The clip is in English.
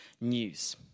news